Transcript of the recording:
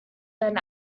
then